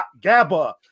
Gabba